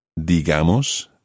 digamos